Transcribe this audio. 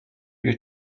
you